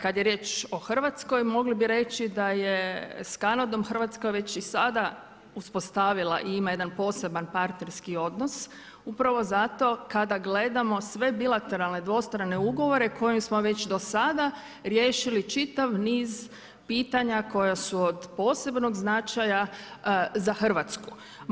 Kada je riječ o Hrvatskoj mogli bi reći da je s Kanadom Hrvatska već i sada uspostavila i ima jedan poseban partnerski odnos upravo zato kada gledamo sve bilateralne dvostrane ugovore kojim smo već do sada riješili čitav niz pitanja koja su od posebnog značaja za Hrvatsku.